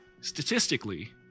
statistically